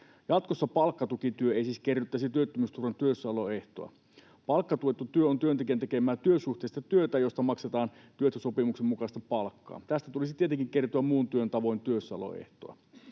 Jatkossa palkkatukityö ei siis kerryttäisi työttömyysturvan työssäoloehtoa. Palkkatuettu työ on työntekijän tekemää työsuhteista työtä, josta maksetaan työehtosopimuksen mukaista palkkaa. Tästä tulisi tietenkin kertyä muun työn tavoin työssäoloehtoa.